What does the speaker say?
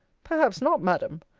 perhaps not, madam.